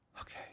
Okay